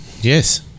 yes